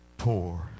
poor